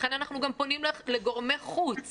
לכן אנחנו גם פונים לגורמי חוץ.